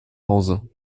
hause